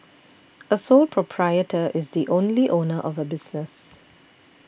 a sole proprietor is the only owner of a business